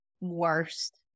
worst